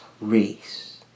race